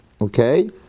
okay